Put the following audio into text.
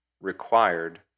required